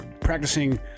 practicing